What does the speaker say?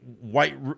white